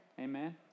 Amen